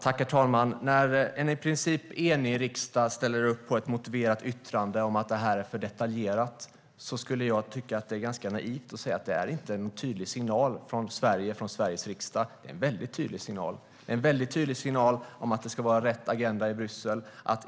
Herr talman! När en i princip enig riksdag ställer upp på ett motiverat yttrande om att det är för detaljerat skulle jag tycka att det är ganska naivt att säga att det inte är en tydlig signal från Sverige och Sveriges riksdag. Det är en väldigt tydlig signal om att det ska vara rätt agenda i Bryssel.